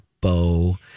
bow